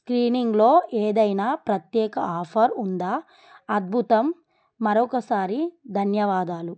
స్క్రీనింగ్లో ఏదైనా ప్రత్యేక ఆఫర్ ఉందా అద్భుతం మరొకసారి ధన్యవాదాలు